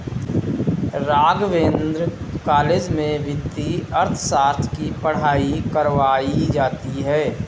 Raghavendra college में वित्तीय अर्थशास्त्र की पढ़ाई करवायी जाती है